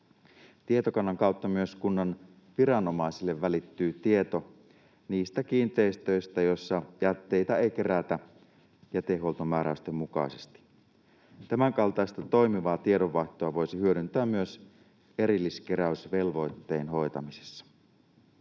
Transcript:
Tietokannan kautta myös kunnan viranomaisille välittyy tieto niistä kiinteistöistä, joissa jätteitä ei kerätä jätehuoltomääräysten mukaisesti. Tämänkaltaista toimivaa tiedonvaihtoa voisi hyödyntää myös erilliskeräysvelvoitteen hoitamisessa.